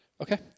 Okay